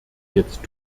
jetzt